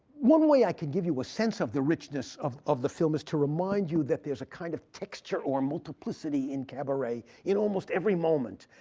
one way i could give you a sense of the richness of of the film is to remind you that there's a kind of texture or multiplicity in cabaret in almost every moment,